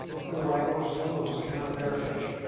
who, like most zulus, cannot bear fish